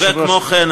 כמו כן,